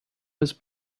was